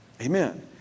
Amen